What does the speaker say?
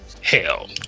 hell